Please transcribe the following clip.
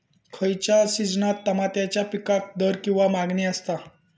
खयच्या सिजनात तमात्याच्या पीकाक दर किंवा मागणी आसता?